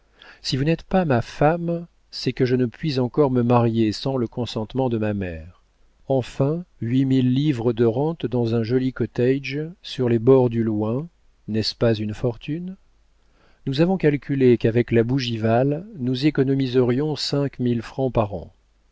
si vous n'êtes pas ma femme c'est que je ne puis encore me marier sans le consentement de ma mère enfin huit mille livres de rente dans un joli cottage sur les bords du loing n'est-ce pas une fortune nous avons calculé qu'avec la bougival nous économiserions cinq mille francs par an